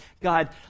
God